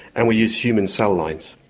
and we use human cell lines.